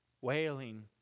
wailing